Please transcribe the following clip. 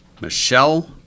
Michelle